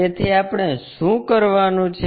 તેથી આપણે શું કરવાનું છે